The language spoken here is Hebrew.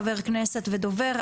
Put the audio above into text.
חבר כנסת ודובר,